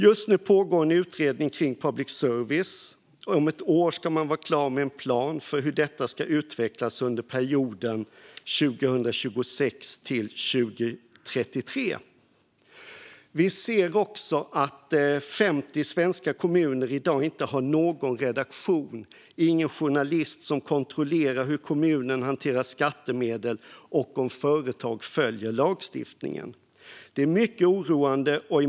Just nu pågår en utredning om public service. Om ett år ska man vara klar med en plan för hur det ska utvecklas under perioden 2026-2033. Vi ser att 50 svenska kommuner i dag inte har någon redaktion - ingen journalist som kontrollerar hur kommunen hanterar skattemedel och om företag följer lagstiftningen. Detta är mycket oroande.